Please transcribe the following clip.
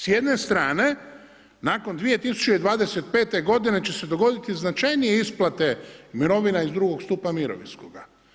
S jedne strane, nakon 2025. godine će se dogoditi značajnije isplate mirovina iz II stupa mirovinskoga.